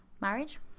marriage